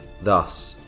Thus